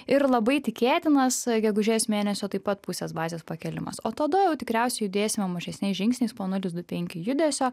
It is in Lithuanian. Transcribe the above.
ir labai tikėtinas gegužės mėnesio taip pat pusės bazės pakėlimas o tada jau tikriausiai judėsim mažesniais žingsniais po nulis du penki judesio